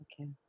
Okay